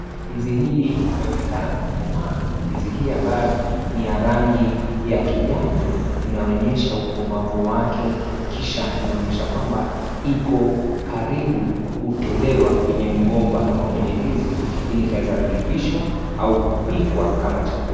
Ndizi hii imeonekana kukomaa. Ndizi hii ambayo ni ya rangi ya kijani inaonyesha ukomavu wake kisha inaonyesha kwamba ipo karibu kutolewa kwenye mgomba ama kwenye ndizi ili ikaweze kuivishwa au kupikwa kama chakula.